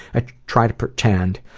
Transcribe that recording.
i try to pretend,